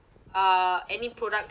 uh any products